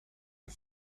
and